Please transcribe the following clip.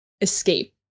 escape